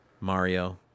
Mario